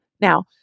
Now